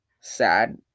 sad